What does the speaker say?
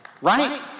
right